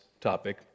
topic